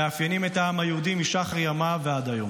מאפיינים את העם היהודי משחר ימיו ועד היום.